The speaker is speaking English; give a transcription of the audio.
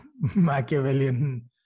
Machiavellian